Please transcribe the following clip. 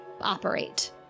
operate